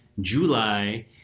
July